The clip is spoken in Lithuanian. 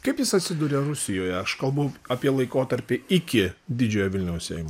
kaip jis atsiduria rusijoje aš kalbu apie laikotarpį iki didžiojo vilniaus seimo